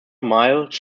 myles